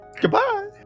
Goodbye